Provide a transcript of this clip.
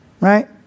right